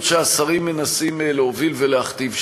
שהשרים מנסים להוביל ולהכתיב שם.